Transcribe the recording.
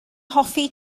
hoffi